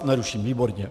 Neruším, výborně.